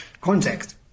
Context